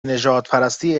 نژادپرستی